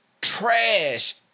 trash